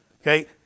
Okay